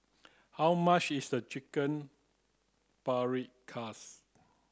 how much is Chicken Paprikas